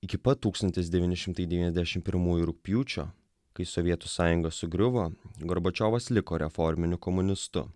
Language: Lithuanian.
iki pat tūkstantis devyni šimtai devyniasdešim pirmųjų rugpjūčio kai sovietų sąjunga sugriuvo gorbačiovas liko reforminiu komunistu